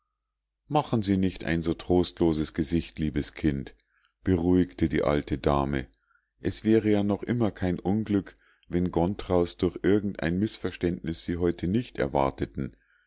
machen sie nicht ein so trostloses gesicht liebes kind beruhigte die alte dame es wäre ja noch immer kein unglück wenn gontraus durch irgend ein mißverständnis sie heute nicht erwarteten